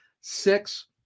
six